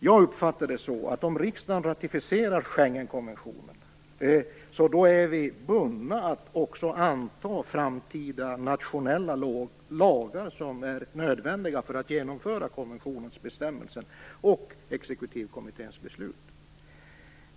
Jag uppfattar det så att om riksdagen ratificerar Schengenkonventionen är vi bundna att också anta framtida nationella lagar som är nödvändiga för att genomföra konventionens bestämmelser och exekutivkommitténs beslut.